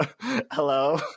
Hello